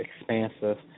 expansive